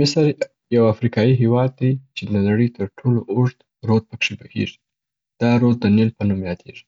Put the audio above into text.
مصر یو افریکایي هیواد دی چې د نړۍ تر ټولو اوږد رود پکښي بهیږي. دا رود د نیل په نوم یادیږي.